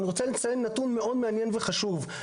אני רוצה לציין נתון מאוד מעניין וחשוב,